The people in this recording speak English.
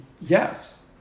yes